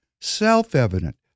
Self-evident